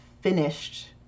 finished